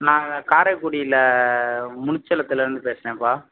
நாங்கள் காரைக்குடியில முனிச்சலத்தில் இருந்து பேசுகிறன்பா